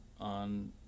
on